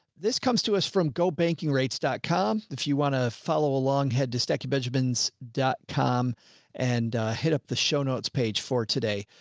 this comes to us from gobankingrates com. if you want to follow along head to stackingbenjamins dot com and hit up the show notes page for today,